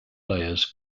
layers